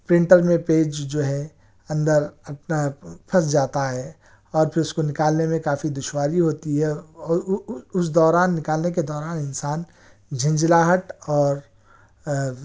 printer میں page جو ہے اندر اپنا پھنس جاتا ہے اور پھر اس کو نکالنے میں کافی دشواری ہوتی ہے اور اس دوران نکالنے کے دوران انسان جھنجھلاہٹ اور